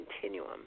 continuum